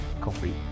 coffee